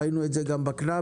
ראינו את זה גם בקנביס,